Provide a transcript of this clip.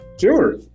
sure